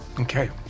Okay